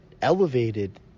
Elevated